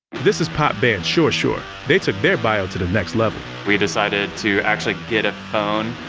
this is pop band sure sure. they took their bio to the next level. we decided to actually get a phone,